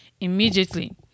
immediately